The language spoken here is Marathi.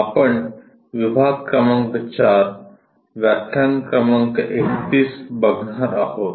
आपण विभाग क्रमांक 4 व्याख्यान क्रमांक 31 बघणार आहोत